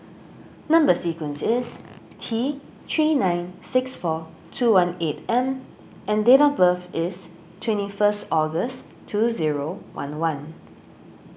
Number Sequence is T three nine six four two one eight M and date of birth is twenty first August two zero one one